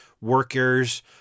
workers